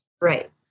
Right